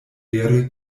vere